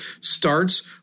starts